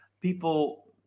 people